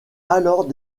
alors